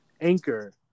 Anchor